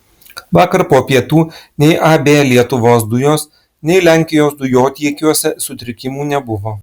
vakar po pietų nei ab lietuvos dujos nei lenkijos dujotiekiuose sutrikimų nebuvo